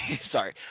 sorry